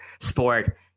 sport